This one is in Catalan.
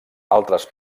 altres